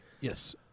yes